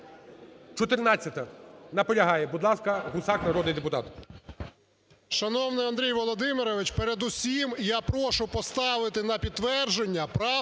14-а. Наполягає. Будь ласка, Гусак, народний депутат.